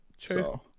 true